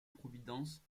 providence